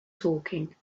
talking